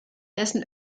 dessen